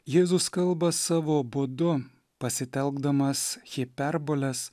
jėzus kalba savo būdu pasitelkdamas hiperboles